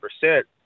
percent